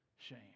shame